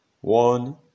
one